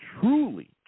truly